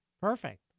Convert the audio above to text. Perfect